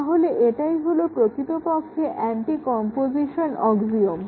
তাহলে এটাই হলো প্রকৃতপক্ষে অ্যান্টিকম্পোজিশন অক্সিওম